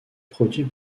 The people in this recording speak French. produit